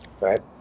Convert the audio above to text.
right